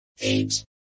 Eight